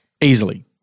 Easily